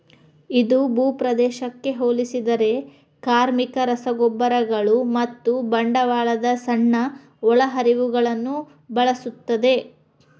ಇದು ಭೂಪ್ರದೇಶಕ್ಕೆ ಹೋಲಿಸಿದರೆ ಕಾರ್ಮಿಕ, ರಸಗೊಬ್ಬರಗಳು ಮತ್ತು ಬಂಡವಾಳದ ಸಣ್ಣ ಒಳಹರಿವುಗಳನ್ನು ಬಳಸುತ್ತದೆ